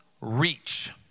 reach